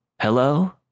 Hello